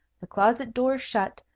the closet-door shut,